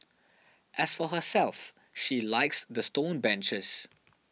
as for herself she likes the stone benches